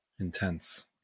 Intense